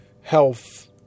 health